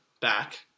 back